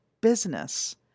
business